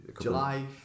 July